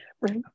Right